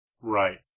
Right